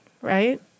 right